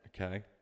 Okay